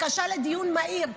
בקשה לדיון מהיר,